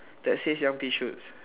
that says young pea shoots